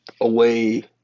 away